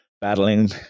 battling